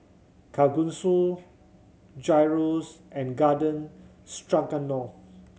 Kalguksu Gyros and Garden Stroganoff